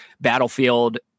Battlefield